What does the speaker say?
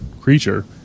creature